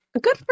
good